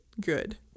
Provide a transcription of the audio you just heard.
good